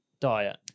diet